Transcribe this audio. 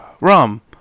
Rum